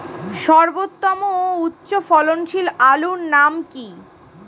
সর্বোত্তম ও উচ্চ ফলনশীল আলুর নাম কি?